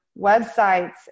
websites